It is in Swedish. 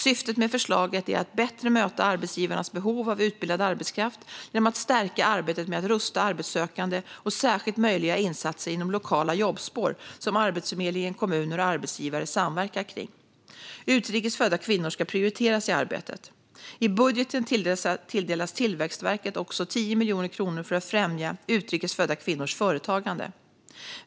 Syftet med förslaget är att bättre möta arbetsgivarnas behov av utbildad arbetskraft genom att stärka arbetet med att rusta arbetssökande och särskilt möjliggöra insatser inom lokala jobbspår som Arbetsförmedlingen, kommuner och arbetsgivare samverkar kring. Utrikes födda kvinnor ska prioriteras i arbetet. I budgeten tilldelas Tillväxtverket också 10 miljoner kronor för att främja utrikes födda kvinnors företagande.